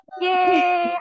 Yay